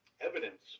evidence